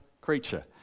creature